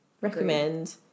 recommend